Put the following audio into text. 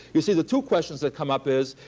you see the two questions that come up is,